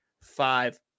five